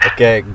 Okay